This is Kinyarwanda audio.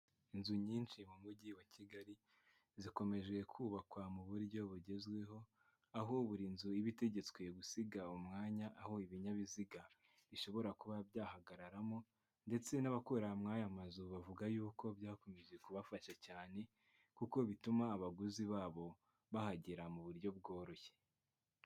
Inzu nyinshi mu mujyi wa kigali zikomeje kubakwa mu buryo bugezweho, aho buri nzu iba itegetswe gusiga umwanya aho ibinyabiziga bishobora kuba byahagaramo, ndetse n'abakorera muri aya mazu bavuga yuko byakomeje kubafasha cyane, kuko bituma abaguzi babo bahagera mu buryo bworoshye.